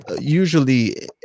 usually